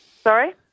Sorry